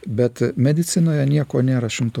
bet medicinoje nieko nėra šimtu